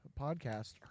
podcast